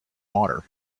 water